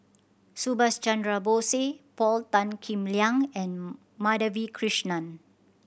Subhas Chandra Bose Paul Tan Kim Liang and Madhavi Krishnan